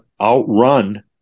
outrun